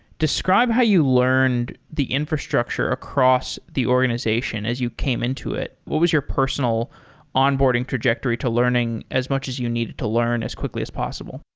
describe how you learned the infrastructure across the organization as you came into it. what was your personal onboarding trajectory to learning as much as you needed to learn as quickly as possible?